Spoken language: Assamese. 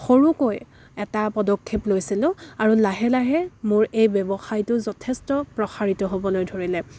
সৰুকৈ এটা পদক্ষেপ লৈছিলোঁ আৰু লাহে লাহে মোৰ এই ব্যৱসায়টো যথেষ্ট প্ৰসাৰিত হ'বলৈ ধৰিলে